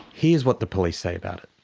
here's what the police say about it